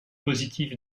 positif